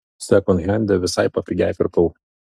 sekondhende visai papigiai pirkau